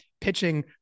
pitching